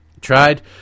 tried